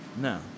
No